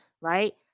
Right